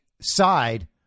side